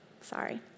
sorry